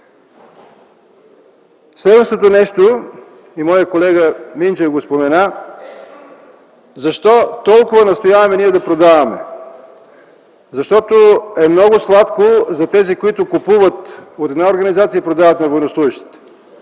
Следващото нещо е – и моят колега Минчев го спомена – защо толкова настояваме да продаваме?! Защото е много сладко за тези, които купуват от организация и продават на военнослужещите.